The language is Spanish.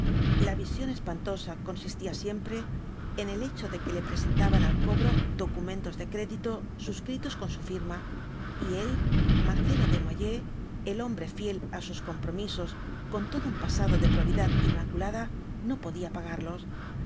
la visión espantosa consistía siempre en el hecho de que le presentaban al cobro documentos de crédito suscritos con su firma y él marcelo desnoyers el hombre fiel á sus compromisos con todo un pasado de probidad inmaculada no podía pagarlos